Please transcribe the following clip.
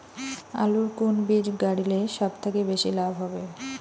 আলুর কুন বীজ গারিলে সব থাকি বেশি লাভ হবে?